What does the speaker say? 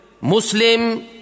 Muslim